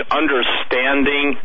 understanding